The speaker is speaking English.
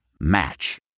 Match